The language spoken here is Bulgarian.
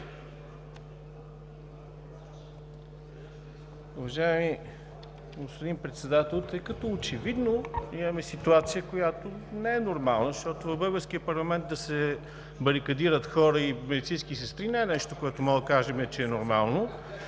Уважаеми господин Председател, тъй като очевидно имаме ситуация, която не е нормална, защото в българския парламент да се барикадират хора и медицински сестри не е нещо, което можем да кажем, че е нормално